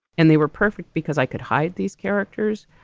and they were perfect because i could hide these characters.